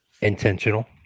intentional